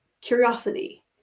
curiosity